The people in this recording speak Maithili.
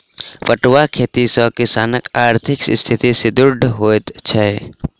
पटुआक खेती सॅ किसानकआर्थिक स्थिति सुदृढ़ होइत छै